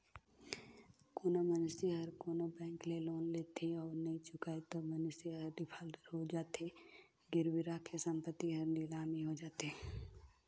कोनो मइनसे हर कोनो बेंक ले लोन लेथे अउ नी चुकाय ता मइनसे हर डिफाल्टर होए जाथे, गिरवी रराखे संपत्ति हर लिलामी होए जाथे